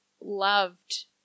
loved